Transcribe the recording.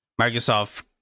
Microsoft